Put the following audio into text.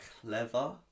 clever